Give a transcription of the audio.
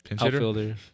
outfielder